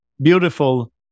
beautiful